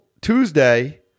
Tuesday